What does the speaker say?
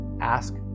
ask